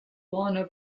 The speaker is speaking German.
warner